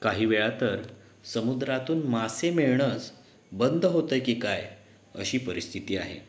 काही वेळा तर समुद्रातून मासे मिळणंच बंद होतं की काय अशी परिस्थिती आहे